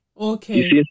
Okay